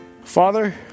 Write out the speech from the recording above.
Father